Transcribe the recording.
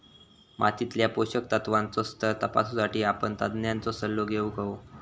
मातीतल्या पोषक तत्त्वांचो स्तर तपासुसाठी आपण तज्ञांचो सल्लो घेउक हवो